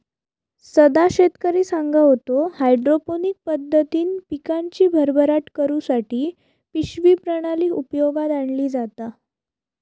सदा शेतकरी सांगा होतो, हायड्रोपोनिक पद्धतीन पिकांची भरभराट करुसाठी पिशवी प्रणाली उपयोगात आणली जाता